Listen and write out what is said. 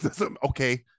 Okay